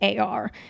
AR